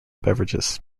beverages